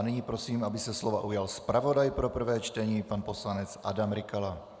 Nyní prosím, aby se slova ujal zpravodaj pro prvé čtení pan poslanec Adam Rykala.